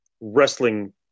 wrestling